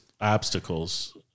obstacles